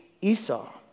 Esau